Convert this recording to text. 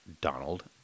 Donald